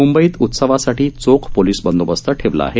मुंबईत उत्सवासाठी चोख पोलीस बंदोबस्त ठेवला आहे